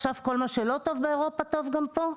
ועכשיו כל מה שלא טוב באירופה טוב גם פה?